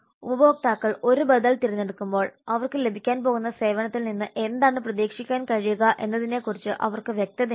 ഉപഭോക്താക്കൾ ഒരു ബദൽ തിരഞ്ഞെടുക്കുമ്പോൾ അവർക്ക് ലഭിക്കാൻ പോകുന്ന സേവനത്തിൽ നിന്ന് എന്താണ് പ്രതീക്ഷിക്കാൻ കഴിയുക എന്നതിനെക്കുറിച്ച് അവർക്ക് വ്യക്തതയുണ്ട്